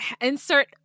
insert